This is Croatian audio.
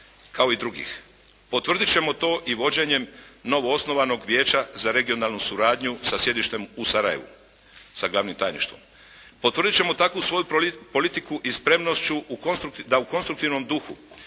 kao i drugih. Potvrdit ćemo to i vođenjem novoosnovanog Vijeća za regionalnu suradnju sa sjedištem u Sarajevu sa glavnim tajništvom. Potvrdit ćemo takvu svoju politiku i spremnošću u, da u konstruktivnom duhu